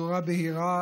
בצורה בהירה